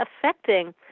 affecting